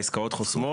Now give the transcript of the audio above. עסקאות חוסמות.